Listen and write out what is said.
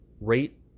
Rate